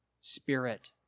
spirit